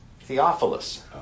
Theophilus